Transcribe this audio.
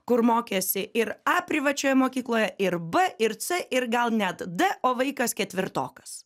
kur mokėsi ir a privačioje mokykloje ir b ir c ir gal net d o vaikas ketvirtokas